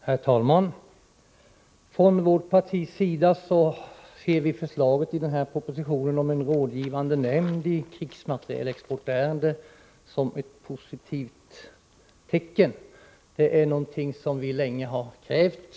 Herr talman! Från vpk:s sida ser vi förslaget i propositionen om en rådgivande nämnd i krigsmaterielexportärenden som ett positivt tecken. Detta är någonting som vi länge har krävt.